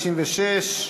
156),